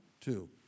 two